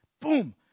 Boom